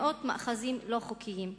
מאות מאחזים לא חוקיים,